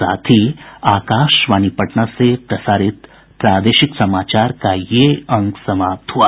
इसके साथ ही आकाशवाणी पटना से प्रसारित प्रादेशिक समाचार का ये अंक समाप्त हुआ